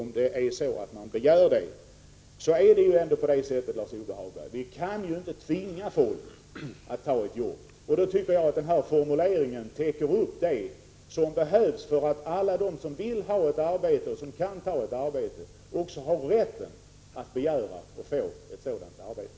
Man kan inte tvinga folk att ta ett jobb, Lars-Ove Hagberg, och därför täcker denna formulering upp vad som behövs för att alla som vill ha och kan ta ett arbete också har rätt att begära och få ett sådant arbete.